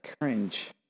cringe